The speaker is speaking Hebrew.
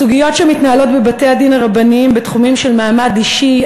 הסוגיות שמתנהלות בבתי-הדין הרבניים בתחומים של מעמד אישי,